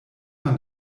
man